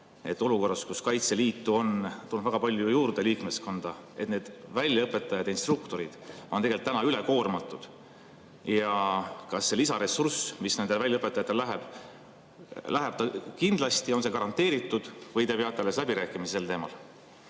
et olukorras, kus Kaitseliitu on tulnud väga palju juurde liikmeskonda, on need väljaõpetajad, instruktorid, tegelikult ülekoormatud. Kas see lisaressurss, mis nendele väljaõpetajatele läheb, läheb neile kindlasti? On see garanteeritud või te peate alles läbirääkimisi sel teemal?